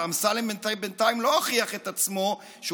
ואמסלם בינתיים לא הוכיח את עצמו שהוא